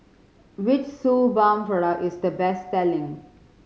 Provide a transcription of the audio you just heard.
which Suu Balm product is the best selling